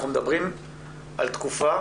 אנחנו מדברים על תקופה